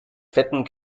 fetten